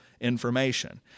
information